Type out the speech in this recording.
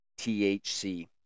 THC